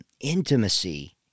intimacy